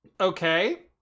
okay